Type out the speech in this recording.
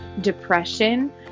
depression